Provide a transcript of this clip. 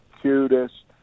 cutest